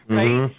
right